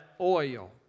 oil